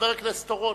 וחבר הכנסת אורון,